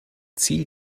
ziel